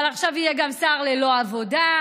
אבל עכשיו יהיה גם שר ללא עבודה.